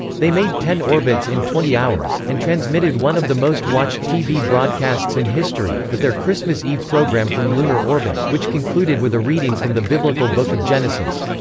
they made ten orbits in twenty hours, and transmitted one of the most watched tv broadcasts in history, with their christmas eve program from lunar orbit, which concluded with a reading from the biblical book of genesis.